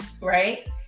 right